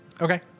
Okay